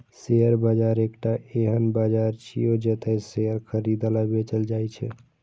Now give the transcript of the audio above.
share बाजार एकटा एहन बाजार छियै, जतय शेयर खरीदल आ बेचल जाइ छै